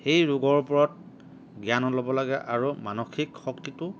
সেই ৰোগৰ ওপৰত জ্ঞানো ল'ব লাগে আৰু মানসিক শক্তিটো